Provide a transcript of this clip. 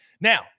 Now